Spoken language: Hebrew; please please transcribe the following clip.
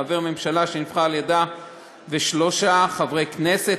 חבר ממשלה שנבחר על-ידה ושלושה חברי כנסת,